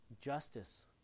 justice